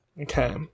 Okay